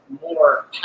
more